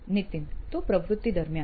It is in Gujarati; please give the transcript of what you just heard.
નીતિન તો પ્રવૃત્તિ દરમિયાન